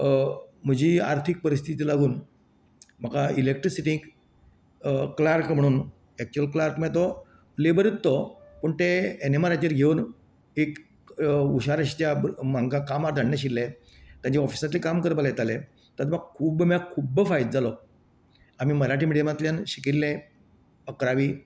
म्हजी आर्थीक परिस्थितीक लागून म्हाका इलेक्ट्रिसिटीक क्लार्क म्हूण एक्चुअली क्लार्क म्हळ्यार लेबरच तो पूण ते एनेमाराचेर घेवून एक हुशार आशिल्ले त्या हांका कामाक धाडनाशिल्ले आनी तांका ऑफिसांतले काम करपा लायताले तांचो म्हाका खूब खूब फायदो जालो आमी मराठी मिडियमांतल्यान शिकिल्ले अकरावी